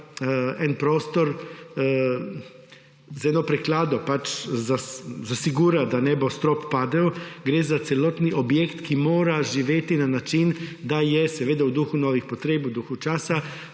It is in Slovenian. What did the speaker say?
nek prostor z eno preklado zasigura, da ne bo strop padel. Gre za celoten objekt, ki mora živeti na način, da je v duhu novih potreb, v duhu časa,